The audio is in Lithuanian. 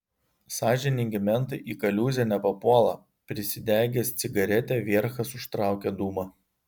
sąžiningi mentai į kaliūzę nepapuola prisidegęs cigaretę vierchas užtraukė dūmą